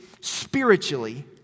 spiritually